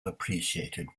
appreciated